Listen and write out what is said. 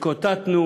שהתקוטטנו